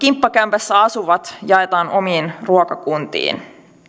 asuvat jaetaan omiin ruokakuntiinsa